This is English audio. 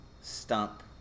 stump